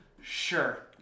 Sure